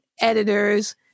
editors